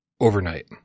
overnight